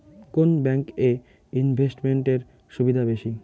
কোন ব্যাংক এ ইনভেস্টমেন্ট এর সুবিধা বেশি?